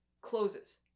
closes